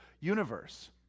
universe